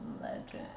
legend